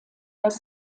das